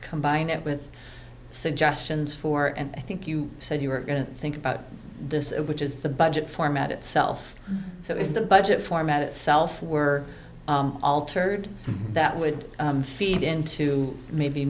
combine it with suggestions for and i think you said you were going to think about this which is the budget format itself so in the budget format itself were altered that would feed into maybe